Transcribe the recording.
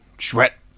sweat